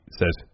says